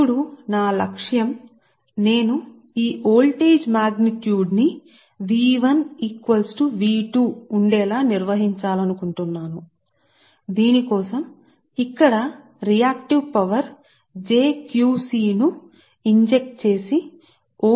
ఇప్పుడు నా లక్ష్యం నేను మరియు మరియు ఇది వోల్టేజ్ మాగ్నిట్యూడ్దీన్ని నిర్వహించాలనుకుంటున్నాను వోల్టేజ్ మాగ్నిట్యూడ్ తో సమానం గా ఉండాలనుకుంటున్నాను నేను దానిని నిర్వహించాలనుకుంటున్నాను